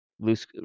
loose